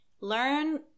Learn